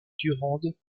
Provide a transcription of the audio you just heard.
durande